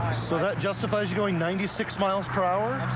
so that justifies you going ninety six miles per hour?